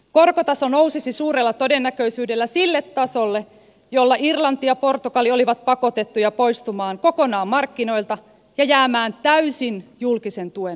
korkotaso nousisi suurella todennäköisyydellä sille tasolle jolla irlanti ja portugali olivat pakotettuja poistumaan kokonaan markkinoilta ja jäämään täysin julkisen tuen varaan